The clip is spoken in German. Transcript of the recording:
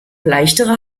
leichtere